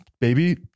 baby